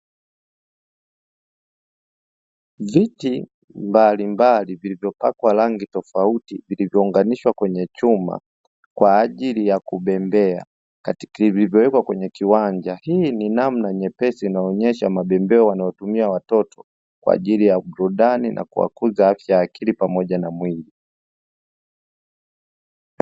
Viti mbalimbali vilivyopakwa rangi tofauti vilivyounganishwa kwenye chuma kwa ajili ya kubembea vilivyowekwa kwenye kiwanja. Hii ni namna nyepesi inayoonesha mabembeo wanaotumia watoto kwa ajili ya burudani na kukuza afya ya akili pamoja na miwili.